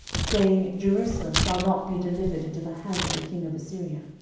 saying, jerusalem shall not be delivered into the hand of the king of assyria.